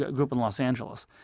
ah grew up in los angeles.